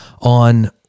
On